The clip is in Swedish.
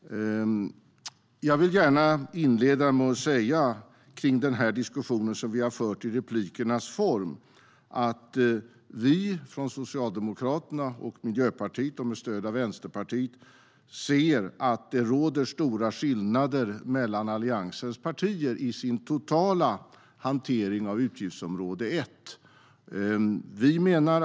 Herr talman! Jag vill gärna inleda med att säga att vi från Socialdemokraterna och Miljöpartiet med stöd av Vänsterpartiet ser att det råder stora skillnader mellan Alliansens partier i deras totala hantering av utgiftsområde 1. Det ser vi kring den diskussion som vi har fört här i replikernas form.